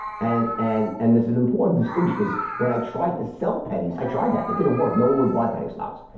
and and and there's an important distinction cuz when i tried to sell pennies i tried that it didn't work no one would buy penny stocks.